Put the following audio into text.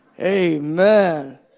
Amen